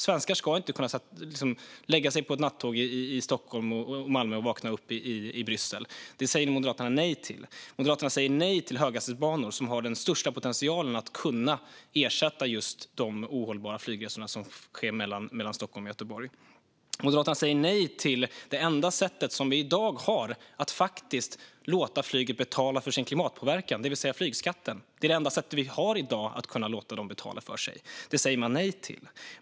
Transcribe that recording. Svenskar ska inte kunna lägga sig på ett nattåg i Stockholm eller Malmö och vakna upp i Bryssel; det säger Moderaterna nej till. Moderaterna säger nej till höghastighetsbanor, som har den största potentialen att ersätta just de ohållbara flygresor som görs mellan Stockholm och Göteborg. Moderaterna säger nej till det enda sätt som vi i dag har att låta flyget betala för sin klimatpåverkan, det vill säga flygskatten. Detta är det enda sätt vi har i dag att låta dem betala för sig. Det säger man nej till.